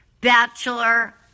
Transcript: Bachelor